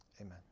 Amen